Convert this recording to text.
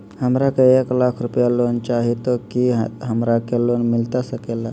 हमरा के एक लाख रुपए लोन चाही तो की हमरा के लोन मिलता सकेला?